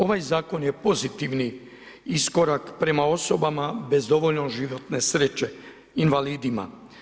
Ovaj zakon je pozitivni iskorak prema osobama bez dovoljno životne sreće invalidima.